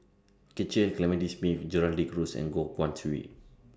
Cecil Clementi Smith Gerald De Cruz and Goh Guan Siew